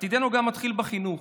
עתידנו מתחיל גם בחינוך,